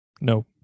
No